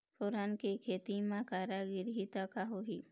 फोरन के खेती म करा गिरही त का होही?